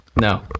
No